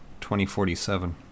2047